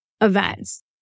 events